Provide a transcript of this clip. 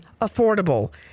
affordable